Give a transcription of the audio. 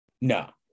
No